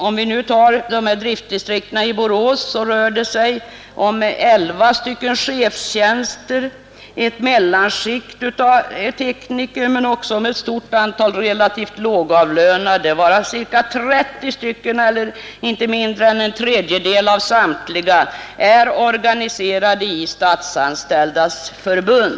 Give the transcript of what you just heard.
Om vi tar driftdistrikten i Borås som exempel, finner vi att det rör sig om elva chefstjänster och ett mellanskikt av tekniker men också om ett stort antal relativt lågavlönade, varav ca 30, eller inte mindre än en tredjedel av samtliga, är organiserade i Statsanställdas förbund.